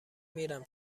میرم